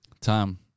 Tom